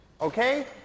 Okay